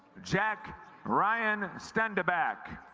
jack ryan sten to back